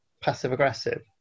passive-aggressive